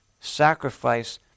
sacrifice